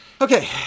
Okay